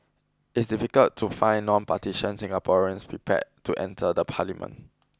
it is difficult to find non partitions Singaporeans prepared to enter the Parliament